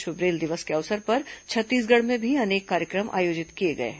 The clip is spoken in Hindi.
विश्व ब्रेल दिवस के अवसर पर आज छत्तीसगढ़ में भी अनेक कार्यक्रम आयोजित किए जा रहे हैं